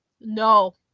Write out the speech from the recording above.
No